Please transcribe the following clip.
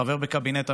חבר בקבינט המלחמה.